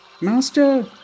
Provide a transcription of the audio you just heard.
Master